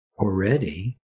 already